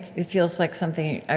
it feels like something ah